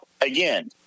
again